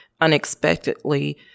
unexpectedly